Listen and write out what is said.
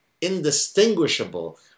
indistinguishable